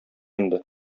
инде